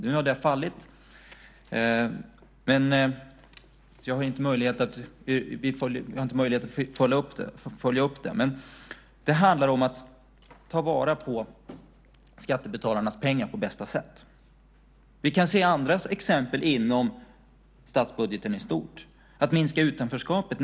Nu har det fallit, så jag har inte möjlighet att följa upp det. Det handlar om att ta vara på skattebetalarnas pengar på bästa sätt. Vi kan se andra exempel inom statsbudgeten i stort. Vi kan minska utanförskapet.